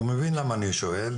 הוא מבין למה אני שואל,